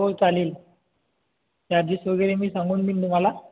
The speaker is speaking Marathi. हो चालेल चार्जेस वगैरे मी सांगून देईन तुम्हाला